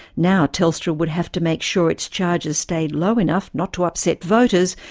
now telstra would have to make sure its charges stay low enough not to upset voters,